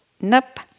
nope